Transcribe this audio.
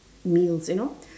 meals you know